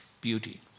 beauty